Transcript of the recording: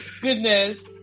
goodness